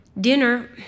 Dinner